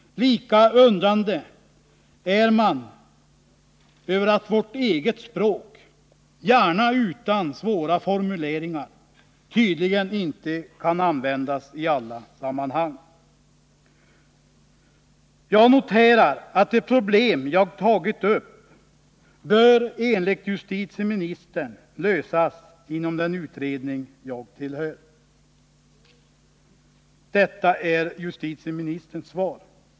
Lika undrande är man över att vårt eget språk utan svåra formuleringar tydligen inte kan användas i alla sammanhang. Jag noterar att de problem jag tagit upp enligt justitieministern bör kunna lösas inom den utredning jag tillhör.